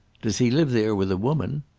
does he live there with a woman?